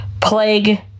plague